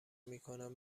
میکنم